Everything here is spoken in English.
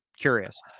curious